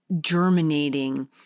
germinating